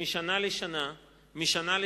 שמשנה לשנה מחכים